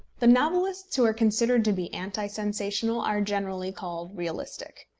the novelists who are considered to be anti-sensational are generally called realistic.